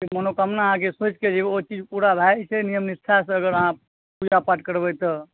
जे मनोकामना अहाँ सोचिके जेबै ओ चीज पुरा भए जेतै नियम निष्ठासँ अगर अहाॅं पूजा पाठ करबै तऽ